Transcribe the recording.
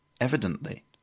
evidently